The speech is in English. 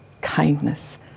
kindness